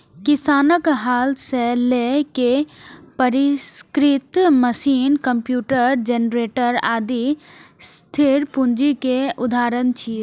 किसानक हल सं लए के परिष्कृत मशीन, कंप्यूटर, जेनरेटर, आदि स्थिर पूंजी के उदाहरण छियै